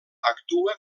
actua